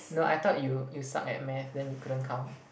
no I thought you you suck at math then you couldn't count